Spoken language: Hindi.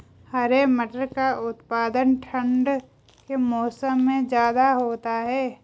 हरे मटर का उत्पादन ठंड के मौसम में ज्यादा होता है